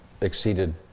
exceeded